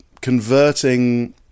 converting